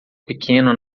pequeno